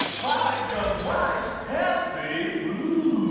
find some white healthy food.